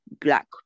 black